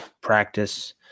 Practice